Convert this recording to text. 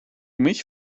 mich